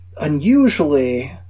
unusually